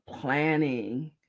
planning